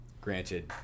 Granted